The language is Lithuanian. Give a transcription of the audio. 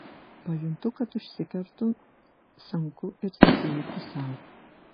pajuntu kad užsikertu senku ir skylu pusiau